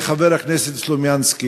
לחבר הכנסת סלומינסקי,